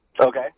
Okay